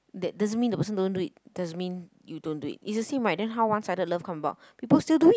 that doesn't mean that person don't do it doesn't mean you don't do it it's the same right then how one sided love come about people still do it